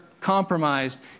compromised